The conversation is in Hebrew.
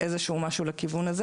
משהו לכיוון הזה?